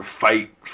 fight